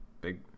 big